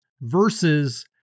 versus